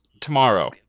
Tomorrow